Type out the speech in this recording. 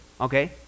Okay